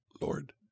Lord